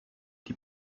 die